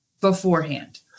beforehand